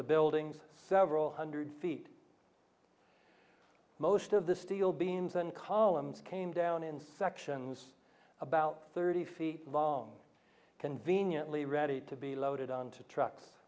the buildings several hundred feet most of the steel beams and columns came down in sections about thirty feet volume conveniently ready to be loaded on to trucks